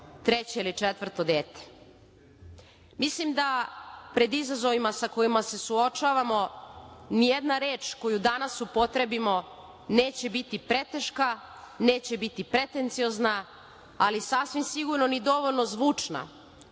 treće ili četvrto dete. Mislim da pred izazovima sa kojima se suočavamo nijedna reč koju danas upotrebimo neće biti preteška, neće biti pretenciozna, ali sasvim sigurno ni dovoljno zvučna